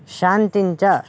शान्तिं च